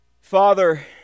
Father